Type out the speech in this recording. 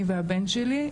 אני והבן שלי,